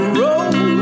roll